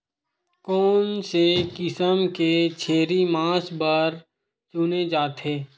कोन से किसम के छेरी मांस बार चुने जाथे?